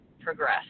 progress